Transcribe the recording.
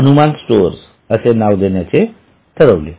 Hanuman stores असे नाव देण्याचे ठरविले